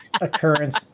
occurrence